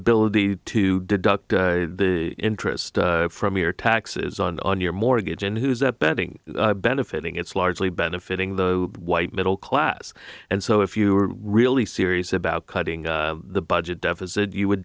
ability to deduct the interest from your taxes on on your mortgage and who's that betting benefiting it's largely benefiting the white middle class and so if you were really serious about cutting the budget deficit you would